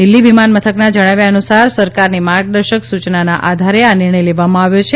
દિલ્હી વિમાન મથકના જણાવ્યા અનુસાર સરકારની માર્ગદર્શક સૂચનાના આધારે આ નિર્ણય લેવામાં આવ્યો છે